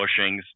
bushings